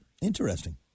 Interesting